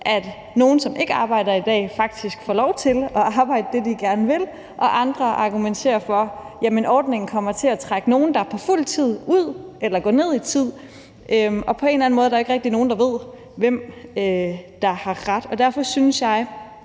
at nogle, som ikke arbejder i dag, faktisk får lov til at arbejde det, de gerne vil, og andre argumenterer for, at ordningen kommer til at trække nogle, der er på fuld tid, ud eller få dem ned i tid. Og på en eller anden måde er der ikke rigtig nogen, der ved, hvem der har ret. Derfor synes jeg,